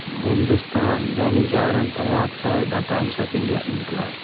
Hindustan Dainik Jagran Prabhat Khabar the Times of India Inquilab